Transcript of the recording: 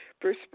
Bruce